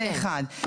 זה דבר אחד.